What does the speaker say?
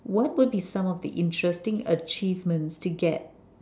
what would be some of the interesting achievements to get